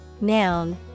noun